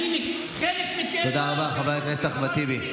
חלק מכם, תודה רבה, חבר הכנסת אחמד טיבי.